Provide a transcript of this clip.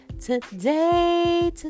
today